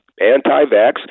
anti-vax